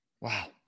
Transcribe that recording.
Wow